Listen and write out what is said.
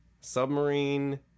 submarine